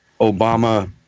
Obama